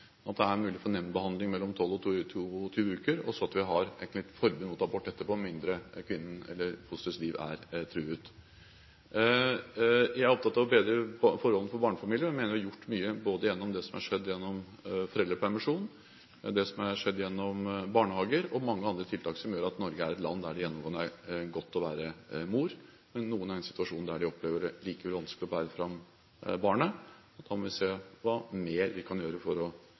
at det er mulig å få nemndbehandling mellom 12. og 22. uke, og at vi har et forbud mot abort etterpå, med mindre kvinnens eller fosterets liv er truet. Jeg er opptatt av å bedre forholdene for barnefamiliene. Jeg mener vi har gjort mye både gjennom det som har skjedd med foreldrepermisjonen, det som er skjedd gjennom barnehager og gjennom mange andre tiltak, som gjør at Norge er et land der det gjennomgående er godt å være mor. Men noen er i en situasjon der de opplever at det likevel er vanskelig å bære fram barnet, og da må vi se på hva mer vi kan gjøre for å